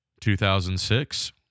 2006